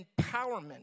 empowerment